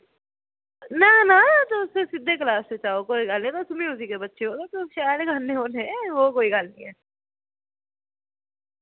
ना ना तुस सिद्धे क्लास च आओ कोई गल्ल नी तुस म्यूजिक दे बच्चे ओ तुस शैल ही गाने होन्ने ओह् कोई गल्ल नी ऐ